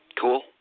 Cool